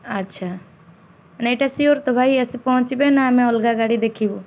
ଆଚ୍ଛା ନାଇଁ ଏଇଟା ସିଓର୍ ତ ଭାଇ ଆସି ପହଞ୍ଚିବେ ନା ଆମେ ଅଲଗା ଗାଡ଼ି ଦେଖିବୁ